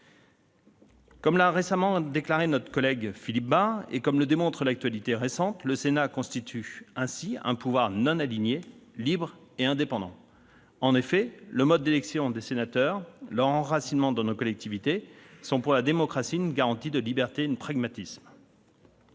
Comme l'a récemment déclaré notre collègue Philippe Bas et comme le démontre l'actualité récente, « le Sénat constitue ainsi un pouvoir non aligné, libre et indépendant ». En effet, « le mode d'élection des sénateurs, leur enracinement dans nos collectivités sont pour la démocratie une garantie de liberté et de pragmatisme